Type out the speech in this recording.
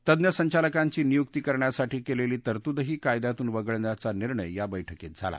तज्ज्ञ संचालकांची नियुक्ती करण्यासाठी केलेली तरतूदही कायद्यातून वगळण्याचा निर्णयही या बैठकीत झाला